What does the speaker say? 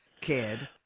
kid